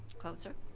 closer